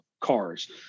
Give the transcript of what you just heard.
cars